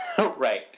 Right